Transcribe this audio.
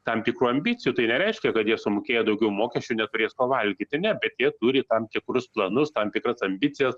tam tikrų ambicijų tai nereiškia kad jie sumokėję daugiau mokesčių neturės ko valgyti ne bet jie turi tam tikrus planus tam tikras ambicijas